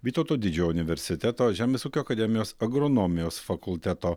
vytauto didžiojo universiteto žemės ūkio akademijos agronomijos fakulteto